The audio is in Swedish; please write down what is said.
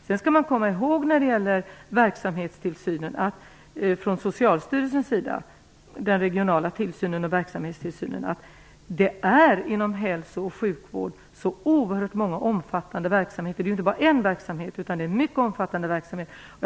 Sedan skall man komma ihåg när det gäller Socialstyrelsens verksamhetstillsyn och regionala tillsyn att det inom hälso och sjukvården finns så oerhört många och omfattande verksamheter. Det är ju inte bara en verksamhet utan det är mycket omfattande verksamheter.